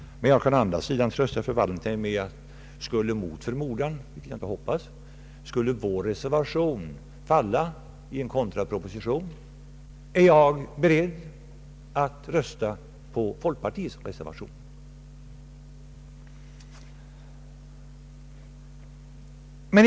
Jag kan å andra sidan trösta fru Wallentheim med att skulle vår motion falla i en votering om kontraproposition, vilket jag inte väntar, är jag beredd att rösta på folkpartiets reservation.